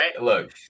look